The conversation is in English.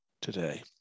today